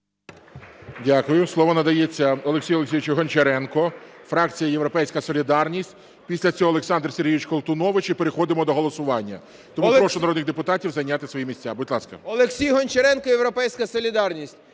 Дякую. Слово надається Олексію Олексійовичу Гончаренку, фракція "Європейська солідарність". Після цього Олександр Олександрович Колтунович і переходимо до голосування. Тому прошу народних депутатів зайняти свої місця. Будь ласка.